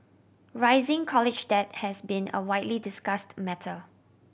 rising college debt has been a widely discussed matter